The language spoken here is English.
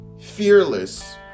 fearless